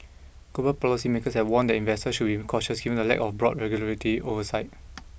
global policy makers have warned that investors should be cautious given the lack of broad regularity oversight